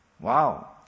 Wow